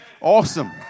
Awesome